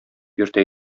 йөртә